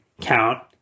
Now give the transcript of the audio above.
count